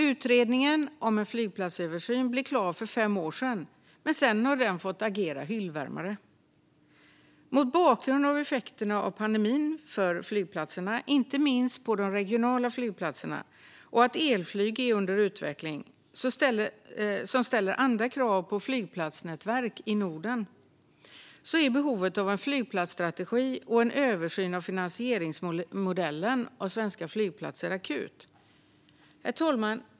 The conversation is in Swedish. Utredningen om en flygplatsöversyn blev klar för fem år sedan, men har sedan fått agera hyllvärmare. Mot bakgrund av effekterna av pandemin på flygplatserna, inte minst de regionala flygplatserna, och av att elflyg är under utveckling, vilket ställer andra krav på flygplatsnätverk i Norden, är behovet av en flygplatsstrategi och en översyn av finansieringsmodellen för svenska flygplatser akut. Herr talman!